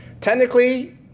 Technically